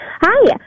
Hi